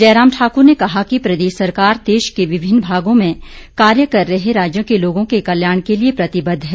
जयराम ठाकुर ने कहा कि प्रदेश सरकार देश के विभिन्न भागों में कार्य कर रहे राज्य के लोगों के कल्याण के लिए प्रतिबद्ध है